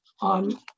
on